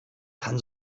kann